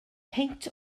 peint